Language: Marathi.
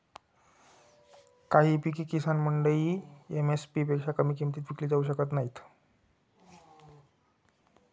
काही पिके किसान मंडईमध्ये एम.एस.पी पेक्षा कमी किमतीत विकली जाऊ शकत नाहीत